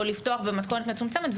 או לפתוח במתכונת מצומצמת,